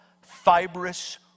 fibrous